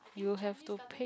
you have to pay